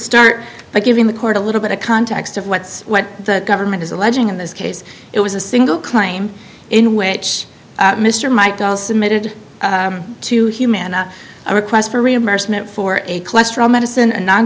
start by giving the court a little bit of context of what's what the government is alleging in this case it was a single claim in which mr mike dahl submitted to humana a request for reimbursement for a cholesterol medicine and non